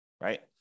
right